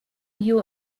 you